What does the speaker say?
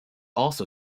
also